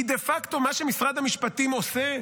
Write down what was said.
כי דה-פקטו מה שמשרד המשפטים עושה,